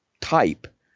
type